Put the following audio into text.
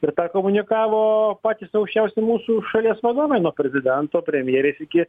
ir tą komunikavo patys aukščiausi mūsų šalies vadovai nuo prezidento premjerės iki